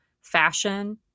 fashion